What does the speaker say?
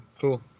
cool